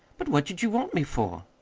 but what did you want me for?